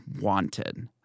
wanted